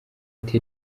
ati